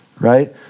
right